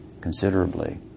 considerably